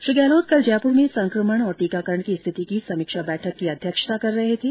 श्री गहलोत कल जयपूर में संक्रमण और टीकाकरण की स्थिति की समीक्षा बैठक की अध्यक्षता कर रहे थे